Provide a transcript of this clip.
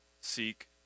seek